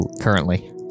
currently